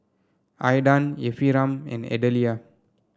Aydan Ephriam and Adelia